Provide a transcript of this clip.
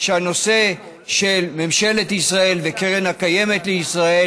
שבה הנושא של ממשלת ישראל וקרן הקיימת לישראל